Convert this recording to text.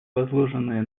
возложенные